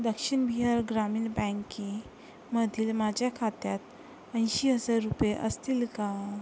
दक्षिण बिहार ग्रामीण बँके मधील माझ्या खात्यात ऐंशी हजार रुपये असतील का